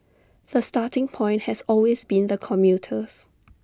the starting point has always been the commuters